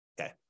Okay